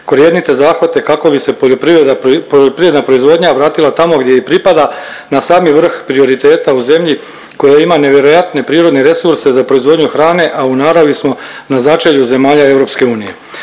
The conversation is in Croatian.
korjenite zahvate kako bi se poljoprivredna proizvodnja vratila tamo gdje i pripada, na sami vrh prioriteta u zemlji koja ima nevjerojatne prirodne resurse za proizvodnju hrane, a u naravi smo na začelju zemalja EU.